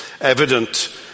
evident